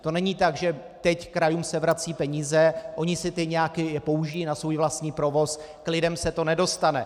To není tak, že teď krajům se vrací peníze, ony si nějaké použijí na svůj vlastní provoz, k lidem se to nedostane.